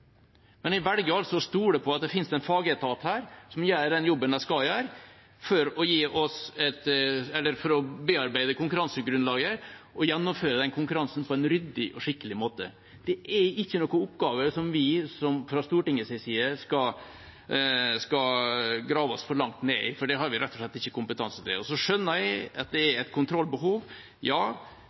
Men jeg velger altså å stole på at det finnes en fagetat her som gjør den jobben de skal gjøre, for å bearbeide konkurransegrunnlaget og gjennomføre den konkurransen på en ryddig og skikkelig måte. Dette er ikke en oppgave som vi fra Stortingets side skal grave oss for langt ned i, for det har vi rett og slett ikke kompetanse til. Jeg skjønner også at det er et kontrollbehov,